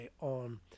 on